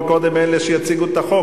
וייעשו הצבעות נפרדות.